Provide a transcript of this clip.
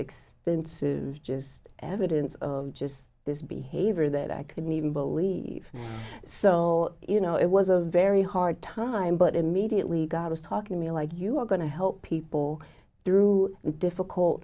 extensive just evidence of just this behavior that i couldn't even believe so you know it was a very hard time but immediately god was talking to me like you are going to help people through difficult